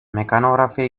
mekanografia